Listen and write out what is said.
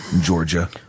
Georgia